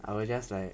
I will just like